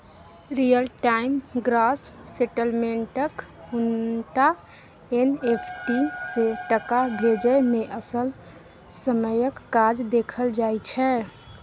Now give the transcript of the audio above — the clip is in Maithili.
रियल टाइम ग्रॉस सेटलमेंटक उनटा एन.एफ.टी सँ टका भेजय मे असल समयक काज देखल जाइ छै